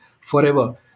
forever